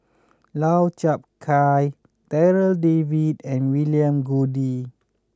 Lau Chiap Khai Darryl David and William Goode